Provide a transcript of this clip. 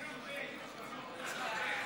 תדלג הרבה.